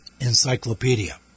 encyclopedia